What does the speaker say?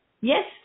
Yes